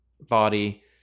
body